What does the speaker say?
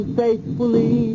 faithfully